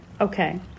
Okay